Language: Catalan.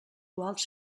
quals